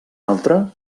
altre